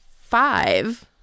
five